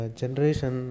generation